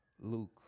Luke